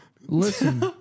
Listen